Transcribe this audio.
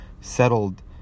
settled